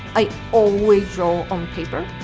i always so on paper.